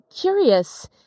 curious